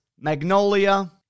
magnolia